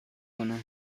کنم